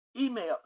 email